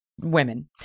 women